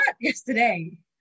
yesterday